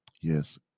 Yes